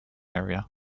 area